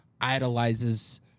idolizes